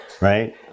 right